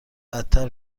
بدتر